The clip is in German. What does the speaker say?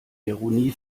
ironie